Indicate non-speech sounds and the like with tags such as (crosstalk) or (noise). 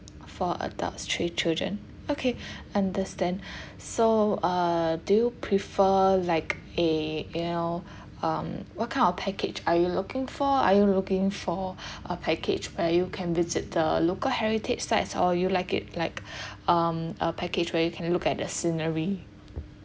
four adults three children okay (breath) understand (breath) so err do you prefer like a you know um what kind of package are you looking for are you looking for (breath) a package where you can visit the local heritage sites or you like it like (breath) um a package where you can look at the scenery